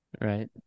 right